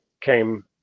came